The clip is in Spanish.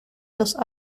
dos